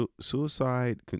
Suicide